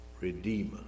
Redeemer